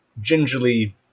gingerly